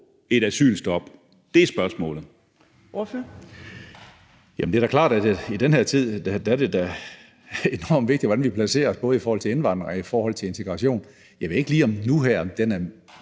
Karsten Hønge (SF): Jamen det er da klart, at det i den her tid da er enormt vigtigt, hvordan vi placerer os både i forhold til indvandring og i forhold til integration. Jeg ved ikke lige om situationen nu